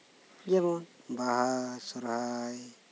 ᱡᱮᱢᱚᱱ ᱵᱟᱦᱟ ᱥᱚᱦᱨᱟᱭ